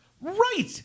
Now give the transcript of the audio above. Right